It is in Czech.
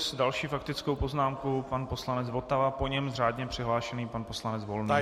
S další faktickou poznámkou pan poslanec Votava, po něm řádně přihlášený pan poslanec Volný.